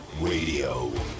radio